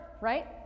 right